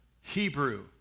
Hebrew